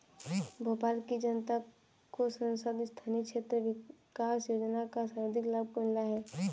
भोपाल की जनता को सांसद स्थानीय क्षेत्र विकास योजना का सर्वाधिक लाभ मिला है